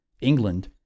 England